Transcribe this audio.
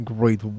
Great